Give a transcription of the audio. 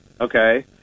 okay